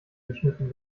geschnitten